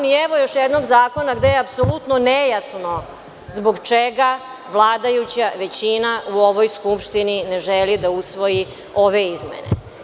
I, evo još jednog zakona gde je apsolutno nejasno zbog čega vladajuća većina u ovoj Skupštini ne želi da usvoji ove izmene.